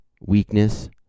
weakness